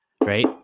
right